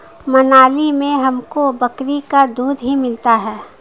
मनाली में हमको बकरी का दूध ही मिलता था